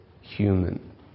human